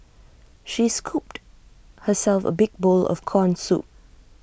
she scooped herself A big bowl of Corn Soup